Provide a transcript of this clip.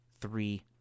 three